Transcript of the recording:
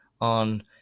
on